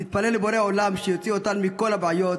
תתפלל לבורא עולם שיוציאו אותנו מכל הבעיות,